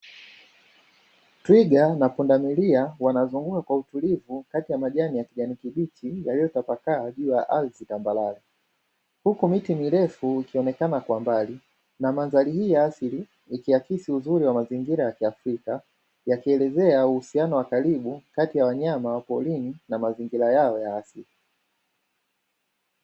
Twiga na pundamilia wanazunguka kwa utulivu kati ya majani ya kijani kibichi, yaliyotapakaa juu ya ardhi tambarare, huku miti mirefu ikionekana kwa mbali na mandhari hii ya asili ikiakisi uzuri wa mazingira ya kiafrika yakielezea uhusiano wa karibu kati ya wanyama wa porini na mazingira yao ya asili.